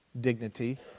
dignity